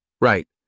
Right